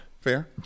Fair